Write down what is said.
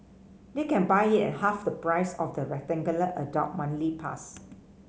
they can buy it at half the price of the adult monthly pass